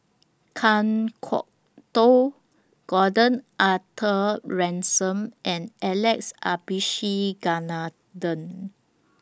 Kan Kwok Toh Gordon Arthur Ransome and Alex Abisheganaden